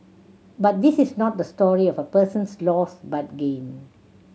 but this is not the story of a person's loss but gain